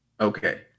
Okay